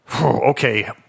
Okay